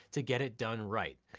to get it done right.